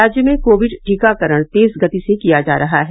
राज्य में कोविड टीकाकरण तेज गति से किया जा रहा है